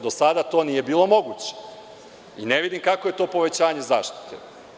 Do sada to nije bilo moguće i ne vidim kakvo je to povećanje zaštite.